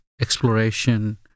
exploration